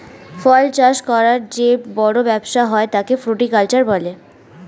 ফল চাষ করার যে বড় ব্যবসা হয় তাকে ফ্রুটিকালচার বলে